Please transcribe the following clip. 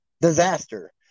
disaster